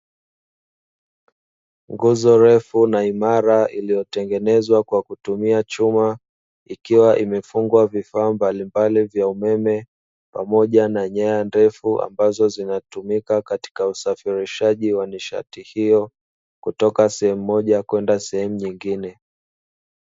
Nguzo refu na imara iliyotengenezwa kwa kutumia chuma, ikiwa imefungwa vifaa mbalimbali vya umeme pamoja na nyaya ndefu, ambazo zinatumika katika usafirishaji wa nishati hiyo kutoka sehemu moja kwenda sehemu nyingine.